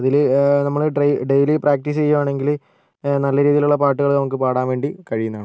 അതിൽ നമ്മൾ ട്രെ ഡെയിലി പ്രാക്ടീസ് ചെയ്യുവാണെങ്കിൽ നല്ല രീതിയിലുള്ള പാട്ടുകൾ നമുക്ക് പാടാൻ വേണ്ടി കഴിയുന്നതാണ്